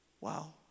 Wow